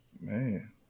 man